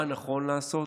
מה נכון לעשות.